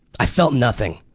i felt nothing.